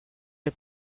est